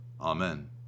Amen